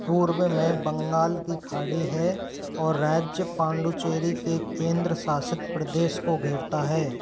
पूर्व में बंगाल की खाड़ी है और राज्य पांडुचेरी के केंद्र शासित प्रदेश को घेरता है